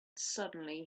suddenly